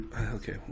Okay